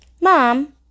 Mom